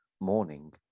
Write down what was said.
morning